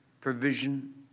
provision